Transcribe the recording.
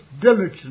diligent